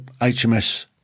HMS